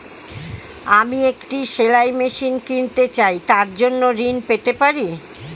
আমি একটি সেলাই মেশিন কিনতে চাই তার জন্য ঋণ পেতে পারি?